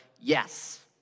Yes